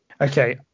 Okay